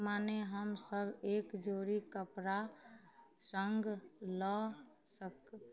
माने हमसभ एक जोड़ी कपड़ा सङ्ग लऽ सक